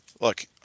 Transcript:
Look